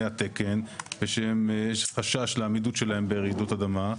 התקן ושיש חשש לעמידות שלהם ברעידות אדמה.